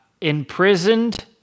Imprisoned